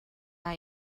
amah